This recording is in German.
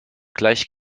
gleich